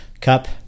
cup